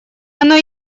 оно